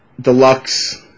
deluxe